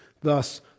thus